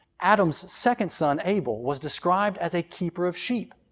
adam's second son, abel, was described as a keeper of sheep,